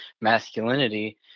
masculinity